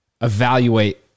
evaluate